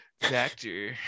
factor